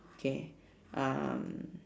okay um